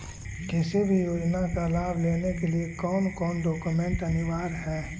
किसी भी योजना का लाभ लेने के लिए कोन कोन डॉक्यूमेंट अनिवार्य है?